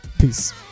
peace